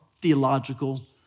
theological